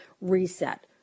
reset